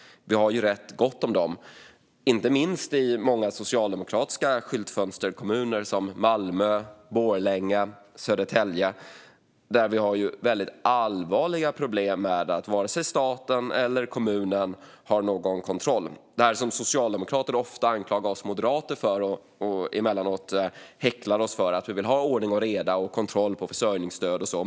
Vi har ganska gott om sådana problem, inte minst i många socialdemokratiska skyltfönsterkommuner som Malmö, Borlänge och Södertälje. Där finns allvarliga problem med att varken staten eller kommunen har någon kontroll. Socialdemokrater anklagar ofta och häcklar emellanåt oss moderater för att vi vill ha ordning och reda och kontroll på försörjningsstöd och sådant.